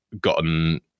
gotten